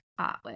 artwork